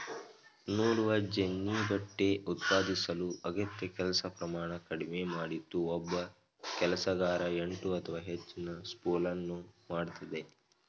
ನೂಲುವಜೆನ್ನಿ ಬಟ್ಟೆ ಉತ್ಪಾದಿಸಲು ಅಗತ್ಯ ಕೆಲಸ ಪ್ರಮಾಣ ಕಡಿಮೆ ಮಾಡಿತು ಒಬ್ಬ ಕೆಲಸಗಾರ ಎಂಟು ಅಥವಾ ಹೆಚ್ಚಿನ ಸ್ಪೂಲನ್ನು ಮಾಡ್ತದೆ